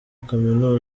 kaminuza